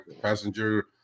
passenger